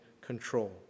control